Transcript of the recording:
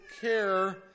care